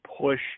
push